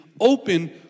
open